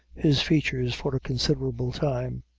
his features for a considerable time.